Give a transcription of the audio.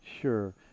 Sure